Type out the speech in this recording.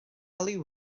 liw